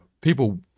people